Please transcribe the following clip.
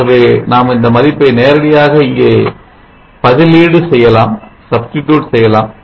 ஆகவே நாம் இந்த மதிப்பை நேரடியாக இங்கே பதிலீடு செய்யலாம்